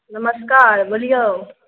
नमस्कार बोलियौ